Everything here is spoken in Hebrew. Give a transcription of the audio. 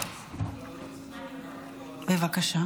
בבקשה.